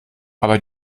aber